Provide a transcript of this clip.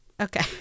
Okay